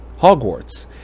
Hogwarts